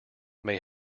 may